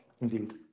indeed